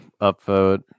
upvote